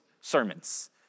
sermons